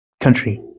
Country